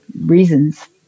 reasons